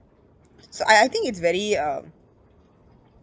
so I I think it's very um